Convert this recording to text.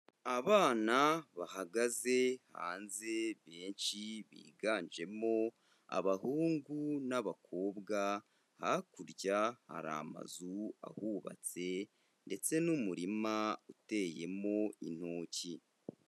Abana bahagaze hanze benshi biganjemo abahungu n'abakobwa, hakurya hari amazu ahubatse ndetse n'umurima uteyemo intoki.